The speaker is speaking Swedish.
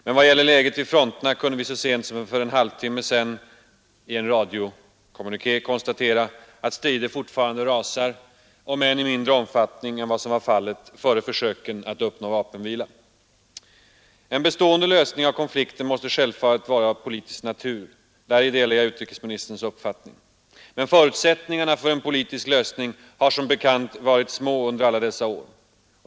Men vad gäller läget vid fronterna kunde så sent som för en halvtimme sedan konstateras i en radiokommuniké, att strider fortfarande rasar — om än i mindre omfattning än vad som var fallet före försöken att uppnå vapenvila. En bestående lösning av konflikten måste självfallet vara av politisk natur. Däri delar jag utrikesministerns uppfattning. Men förutsättningarna för en politisk lösning har som bekant varit små under alla dessa år.